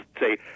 say